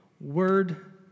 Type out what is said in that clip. word